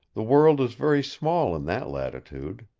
the world is very small in that latitude,